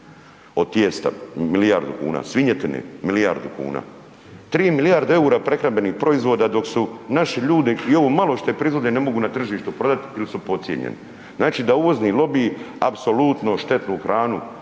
od tijesta milijardu kuna, svinjetine milijardu kuna, 3 milijarde EUR-a prehrambenih proizvoda dok su naši ljudi i ovo malo što proizvode ne mogu na tržištu prodat jel su podcijenjeni. Znači da uvozni lobiji apsolutno štetnu hranu